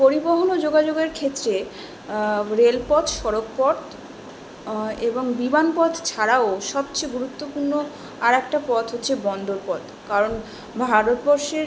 পরিবহন ও যোগাযোগের ক্ষেত্রে রেলপথ সড়কপথ এবং বিমানপথ ছাড়াও সবচেয়ে গুরুত্বপূর্ণ আরেকটা পথ হচ্ছে বন্দরপথ কারণ ভারতবর্ষের